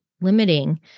limiting